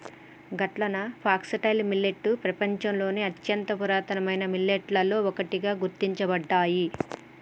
గట్లన foxtail millet పెపంచంలోని అత్యంత పురాతనమైన మిల్లెట్లలో ఒకటిగా గుర్తించబడ్డాయి